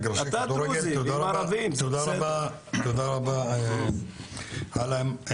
תודה רבה עלם.